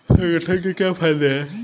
संगठन के क्या फायदें हैं?